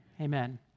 Amen